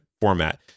format